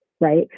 right